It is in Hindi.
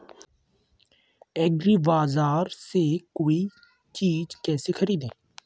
एग्रीबाजार से कोई चीज केसे खरीदें?